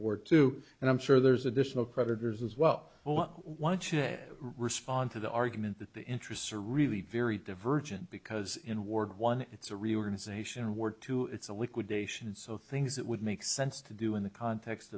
work to and i'm sure there's additional creditors as well well watching respond to the argument that the interests are really very divergent because in ward one it's a reorganization war two it's a liquidation so things that would make sense to do in the context